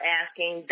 asking